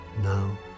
Now